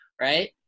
Right